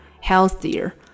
Healthier